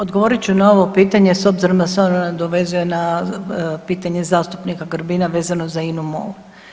Odgovorit ću na ovo pitanje s obzirom da se ono nadovezuje pitanje zastupnika Grbina vezano za INU MOL.